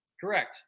Correct